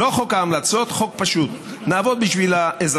לא חוק ההמלצות, חוק פשוט.